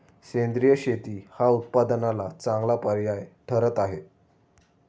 सेंद्रिय शेती हा उत्पन्नाला चांगला पर्याय ठरत आहे